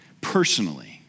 personally